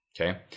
okay